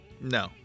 No